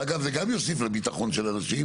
ואגב זה גם יוסיף לביטחון של אנשים.